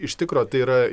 iš tikro tai yra